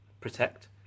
protect